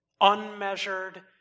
unmeasured